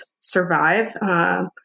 survive